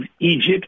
Egypt